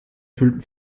fühlt